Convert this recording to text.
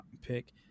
pick